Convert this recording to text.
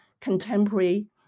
contemporary